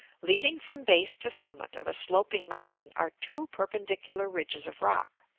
leading from base to summit of a sloping mountain are two perpendicular ridges of rock,